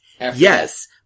Yes